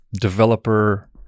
developer